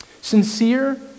Sincere